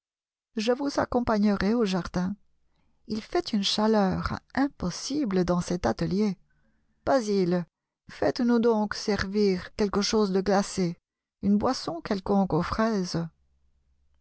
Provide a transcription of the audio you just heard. je vous accompagnerai au jardin il fait une chaleur impossible dans cet atelier basil faites-nous donc servir quelque chose de glacé une boisson quelconque aux fraises